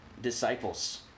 disciples